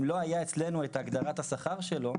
אם לא היתה אצלנו את הגדרת השכר שלו,